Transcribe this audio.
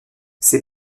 ses